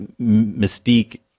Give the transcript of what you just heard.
mystique